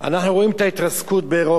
אנחנו רואים את ההתרסקות באירופה,